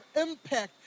impact